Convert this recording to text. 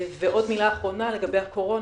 ועוד מילה אחרונה לגבי הקורונה,